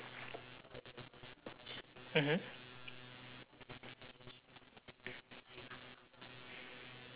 mmhmm